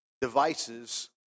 devices